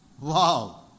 Wow